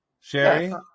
Sherry